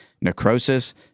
necrosis